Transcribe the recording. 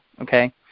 okay